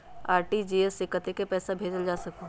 RTGS से कतेक पैसा भेजल जा सकहु???